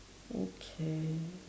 okay